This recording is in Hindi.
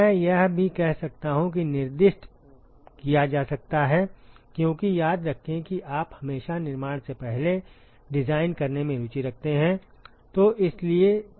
मैं यह भी कह सकता हूं कि निर्दिष्ट किया जा सकता है क्योंकि याद रखें कि आप हमेशा निर्माण से पहले डिजाइन करने में रुचि रखते हैं